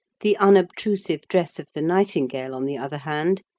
the unobtrusive dress of the nightingale, on the other hand,